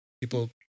people